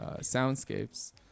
soundscapes